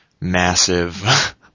massive